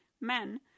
men